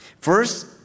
First